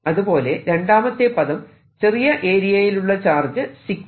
അതുപോലെ രണ്ടാമത്തെ പദം ചെറിയ ഏരിയയിലുള്ള ചാർജ് 𝜎d𝝮